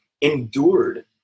endured –